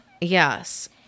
Yes